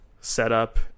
setup